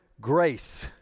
grace